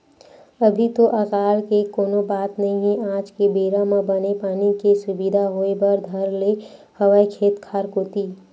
अभी तो अकाल के कोनो बात नई हे आज के बेरा म बने पानी के सुबिधा होय बर धर ले हवय खेत खार कोती